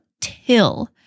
Till